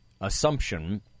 assumption